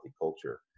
culture